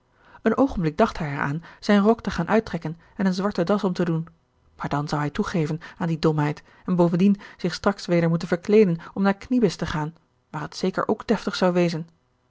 een oogenblik dacht hij er aan zijn rok te gaan uittrekken en een zwarte das om te doen maar dan zou hij toegeven aan die domheid en bovendien zich straks weder moeten verkleeden om naar kniebis te gaan waar het zeker ook deftig zou wezen